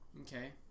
Okay